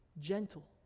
Gentle